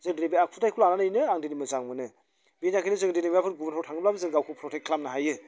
जों दिनै बे आखुथायखौ लानानैनो आं दिनै मोजां मोनो बिनि थाखायनो जों दिनै माबाफोर गुबुनफ्राव थाङोब्लाबो जों गावखौ प्रटेक्ट खालामनो हायो